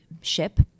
ship